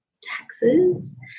taxes